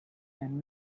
and